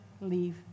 leave